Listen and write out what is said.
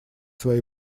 свои